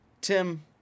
Tim